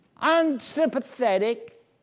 unsympathetic